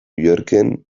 yorken